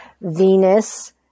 Venus